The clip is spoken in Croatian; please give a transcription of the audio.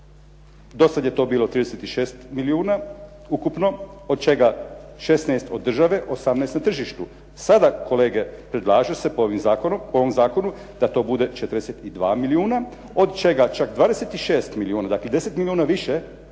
Do sada je to bilo 36 milijuna ukupno od čega 16 od države, 18 na tržištu. Sada kolege predlaže se po ovom zakonu da to bude 42 milijuna od čega čak 26 milijuna, dakle, 10 milijuna više